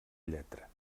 lletra